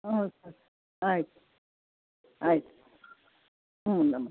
ಹಾಂ ಸರ್ ಆಯಿತು ಆಯಿತು ಹ್ಞೂ ನಮಸ್ತೆ